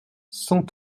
cent